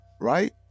right